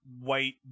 white